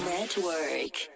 Network